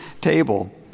table